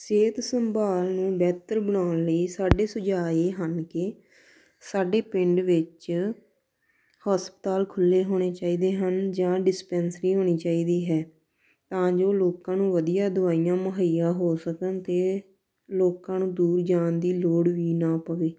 ਸਿਹਤ ਸੰਭਾਲ ਨੂੰ ਬਿਹਤਰ ਬਣਾਉਣ ਲਈ ਸਾਡੇ ਸੁਝਾਅ ਇਹ ਹਨ ਕਿ ਸਾਡੇ ਪਿੰਡ ਵਿੱਚ ਹਸਪਤਾਲ ਖੁੱਲ੍ਹੇ ਹੋਣੇ ਚਾਹੀਦੇ ਹਨ ਜਾਂ ਡਿਸਪੈਂਸਰੀ ਹੋਣੀ ਚਾਹੀਦੀ ਹੈ ਤਾਂ ਜੋ ਲੋਕਾਂ ਨੂੰ ਵਧੀਆ ਦਵਾਈਆਂ ਮੁਹੱਈਆ ਹੋ ਸਕਣ ਅਤੇ ਲੋਕਾਂ ਨੂੰ ਦੂਰ ਜਾਣ ਦੀ ਲੋੜ ਵੀ ਨਾ ਪਵੇ